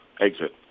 exit